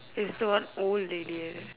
is what old lady eh